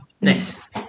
Nice